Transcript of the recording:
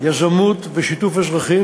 יזמות ושיתוף אזרחים,